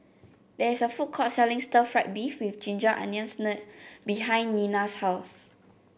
there is a food court selling Stir Fried Beef with Ginger Onions behind Nena's house